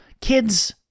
kids